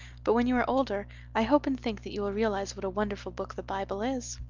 but when you are older i hope and think that you will realize what a wonderful book the bible is.